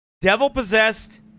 devil-possessed